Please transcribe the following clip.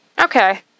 Okay